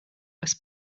als